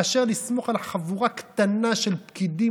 מאשר לסמוך על חבורה קטנה של פקידים